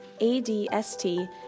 ADST